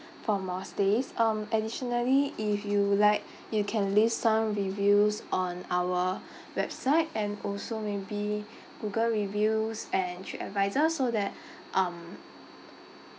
for more stays um additionally if you like you can leave some reviews on our website and also maybe Google reviews and TripAdvisor so that um